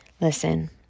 Listen